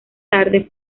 tarde